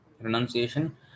renunciation